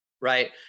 right